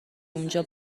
اونجا